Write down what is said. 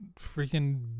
freaking